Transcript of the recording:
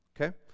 Okay